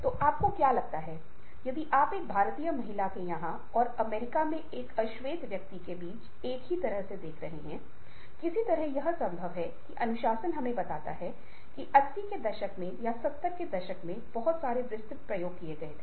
इसमें आत्म जागरूकता अपने मूड भावनाओं और ड्राइव को पहचानने और समझने की क्षमता साथ ही साथ दूसरों पर उनके प्रभाव जैसे विभिन्न आयाम हैं